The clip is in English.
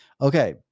Okay